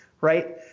right